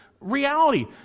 reality